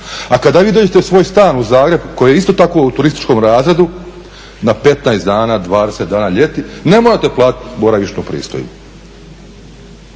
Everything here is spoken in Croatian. A kada vi dođete u svoj stan u Zagreb koji je isto tako u turističkom razredu na 15 dana, 20 dana ljeti, ne morate platiti boravišnu pristojbu.